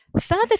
further